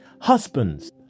husbands